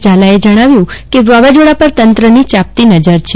ઝાલાએ જણાવ્યુ કે વાવાઝોડા પર તંત્રની ચાંપતી નજર છે